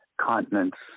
continents